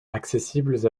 accessibles